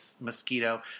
mosquito